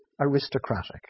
aristocratic